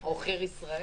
עוכר ישראל.